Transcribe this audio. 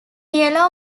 yellow